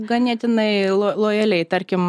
ganėtinai lojaliai tarkim